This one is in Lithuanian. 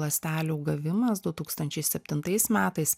ląstelių gavimas du tūkstančiai septintais metais